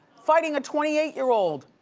fighting a twenty eight year old.